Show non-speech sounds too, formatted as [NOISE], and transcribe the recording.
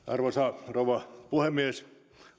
[UNINTELLIGIBLE] arvoisa rouva puhemies